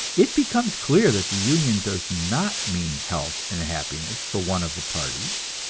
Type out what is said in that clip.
it becomes clear that the union does not mean health and happiness for one of the parties,